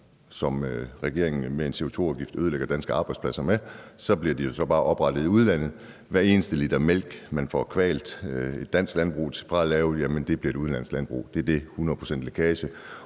som regeringen med en CO2-afgift ødelægger danske arbejdspladser med, bliver de jo bare oprettet i udlandet. Hver eneste liter mælk, man får kvalt dansk landbrug fra at lave, bliver lavet af et udenlandsk landbrug; det er det, der ligger